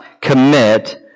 commit